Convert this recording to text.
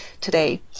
today